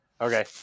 okay